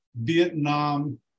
Vietnam